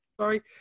Sorry